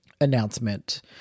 announcement